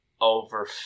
over